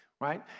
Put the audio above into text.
Right